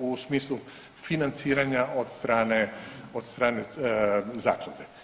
u smislu financiranja od strane, od strane zaklade.